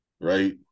right